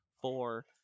Four